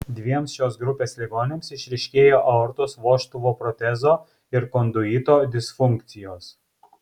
dviem šios grupės ligoniams išryškėjo aortos vožtuvo protezo ir konduito disfunkcijos